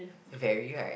very right